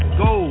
go